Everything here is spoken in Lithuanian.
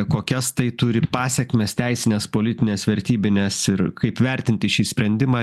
kokias tai turi pasekmes teisines politines vertybines ir kaip vertinti šį sprendimą